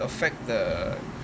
affect the